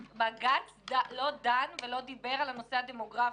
בג"ץ לא דן ולא דיבר על הנושא הדמוגרפי.